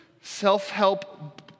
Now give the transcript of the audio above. self-help